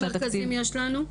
כמה מרכזים יש לנו?